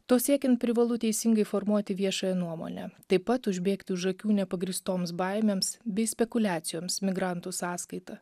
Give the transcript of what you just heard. to siekiant privalu teisingai formuoti viešąją nuomonę taip pat užbėgt už akių nepagrįstoms baimėms bei spekuliacijoms migrantų sąskaita